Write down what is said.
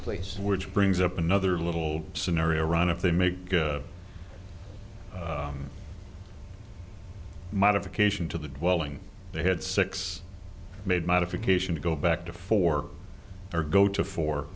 place which brings up another little scenario around if they make a modification to the dwelling they had six made modification to go back to four or go to for